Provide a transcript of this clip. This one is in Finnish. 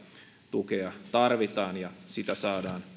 tukea tarvitaan ja sitä saadaan